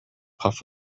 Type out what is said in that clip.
puff